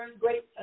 great